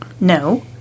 No